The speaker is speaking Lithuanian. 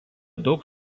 daug